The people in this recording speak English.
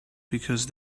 because